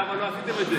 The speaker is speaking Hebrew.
למה לא עשיתם את זה?